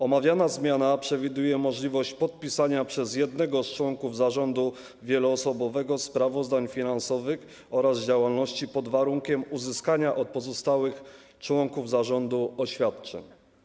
Omawiana zmiana przewiduje możliwość podpisania przez jednego z członków zarządu wieloosobowego sprawozdań finansowych oraz z działalności pod warunkiem uzyskania od pozostałych członków zarządu oświadczeń.